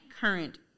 current